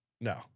no